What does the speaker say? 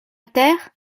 terre